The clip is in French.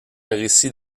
récit